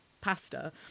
pasta